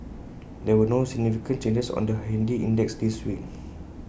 there were no significant changes on the handy index this week